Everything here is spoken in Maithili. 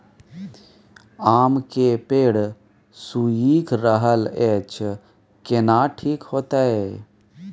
आम के पेड़ सुइख रहल एछ केना ठीक होतय?